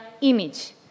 image